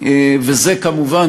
וזה כמובן,